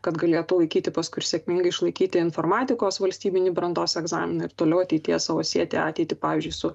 kad galėtų laikyti paskui ir sėkmingai išlaikyti informatikos valstybinį brandos egzaminą ir toliau ateities savo sieti ateitį pavyzdžiui su